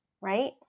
Right